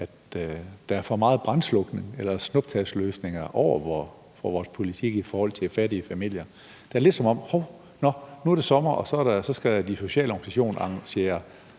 at der er for meget brandslukning og snuptagsløsninger ved vores politik i forhold til fattige familier. Det er sådan lidt: Hov, nå, nu er det sommer, og så skal de sociale organisationer arrangere